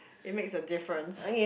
it makes a difference